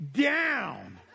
down